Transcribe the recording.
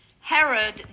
Herod